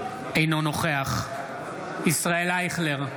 אינו נוכח ישראל אייכלר,